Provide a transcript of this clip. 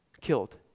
killed